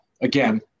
again